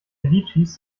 litschis